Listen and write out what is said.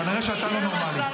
איזה עומס?